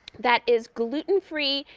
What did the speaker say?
that is gluten-free,